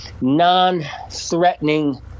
non-threatening